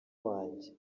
wanjye